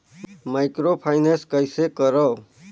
Microfinance कइसे करव?